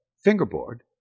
fingerboard